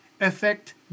effect